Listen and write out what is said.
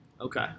Okay